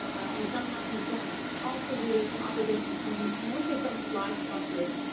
and some have concerns. also, judy, some opposition coming mostly from livestock groups.